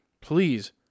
Please